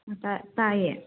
ꯑ ꯇꯥꯏꯌꯦ